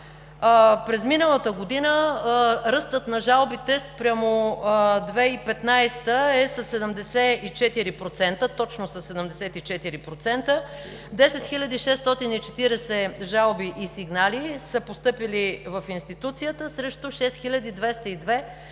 През миналата година ръстът на жалбите спрямо 2015 г. е точно със 74%. 10 640 жалби и сигнали са постъпили в институцията срещу 6202 през